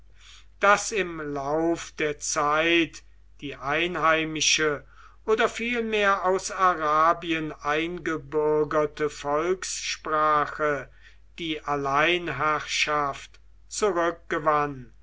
daß im lauf der zeit die einheimische oder vielmehr aus arabien eingebürgerte volkssprache die alleinherrschaft